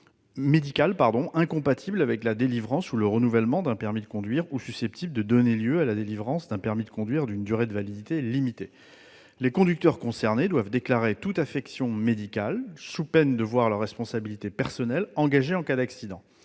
médicale incompatible avec la délivrance ou le renouvellement d'un permis de conduire ou susceptible de donner lieu à la délivrance d'un permis de conduire d'une durée de validité limitée. Les conducteurs concernés doivent déclarer toute affection médicale, sous peine de voir leur responsabilité personnelle engagée en cas d'accident.